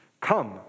come